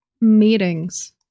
Meetings